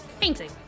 Painting